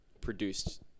produced